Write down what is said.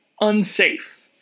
unsafe